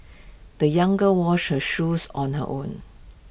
the young girl washed her shoes on her own